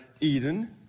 Eden